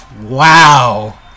wow